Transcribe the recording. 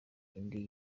indi